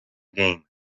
game